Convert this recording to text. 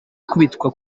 akubitwa